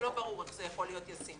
זה לא ברור איך זה יכול להיות ישים.